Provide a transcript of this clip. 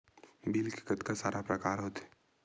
Bill के कतका सारा प्रकार होथे?